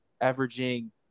averaging